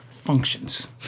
functions